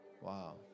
wow